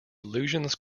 illusions